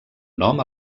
nom